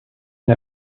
une